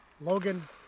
Logan